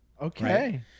Okay